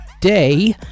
day